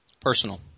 Personal